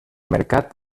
mercat